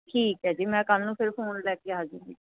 ਠੀਕ ਹੈ ਜੀ ਮੈਂ ਕੱਲ੍ਹ ਨੂੰ ਫਿਰ ਫੋਨ ਲੈ ਕੇ ਆ ਜਾਵਾਂਗੀ